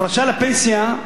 הפרשה לפנסיה,